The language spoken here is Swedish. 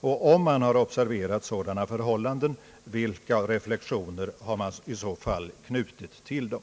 Om utskottet har observerat sådana förhållanden, vilka reflexioner har man i så fall knutit till dem?